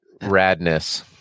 radness